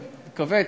לכווץ?